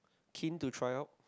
keen to try up